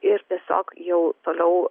ir tiesiog jau toliau